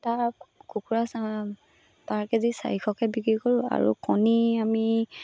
তাৰ কুকুৰা চা পাৰ কেজি চাৰিশকৈ বিক্ৰী কৰোঁ আৰু কণী আমি